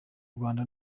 rwanda